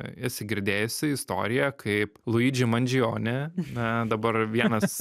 esi girdėjusi istoriją kaip luidži mandžione na dabar vienas